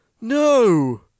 no